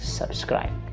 subscribe